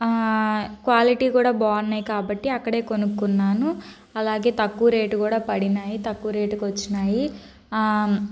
quality కూడా బాగున్నాయి కాబట్టి అక్కడే కొనుక్కున్నాను అలాగే తక్కువ రేటు కూడా పడినాయి తక్కువ రేట్కే వచ్చినాయి